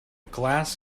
glass